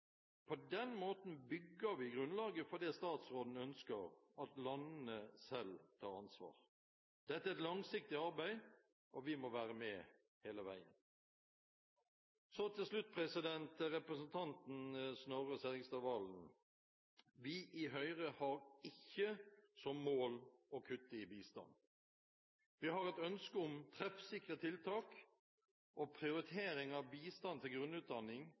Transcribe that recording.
På den måten bygger vi grunnlaget for det statsråden ønsker, at landene selv tar ansvar. Dette er et langsiktig arbeid, og vi må være med hele veien. Så til slutt til representanten Snorre Serigstad Valen: Vi i Høyre har ikke som mål å kutte i bistanden. Vi har et ønske om treffsikre tiltak, og prioritering av bistand til grunnutdanning